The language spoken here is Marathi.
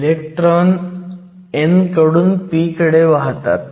इलेक्ट्रॉन n कडून p कडे वाहतात